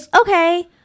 Okay